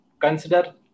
consider